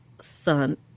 son